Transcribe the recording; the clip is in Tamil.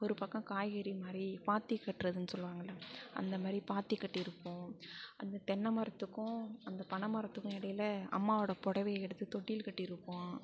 ஒரு பக்கம் காய்கறி மாதிரி பாத்தி கட்டுறதுன்னு சொல்லுவாங்கல்ல அந்த மாதிரி பாத்தி கட்டிடுருப்போம் அது தென்னை மரத்துக்கும் அந்த பனைமரத்துக்கும் இடையில அம்மாவோட புடவைய எடுத்து தொட்டில் கட்டிடுருப்போம்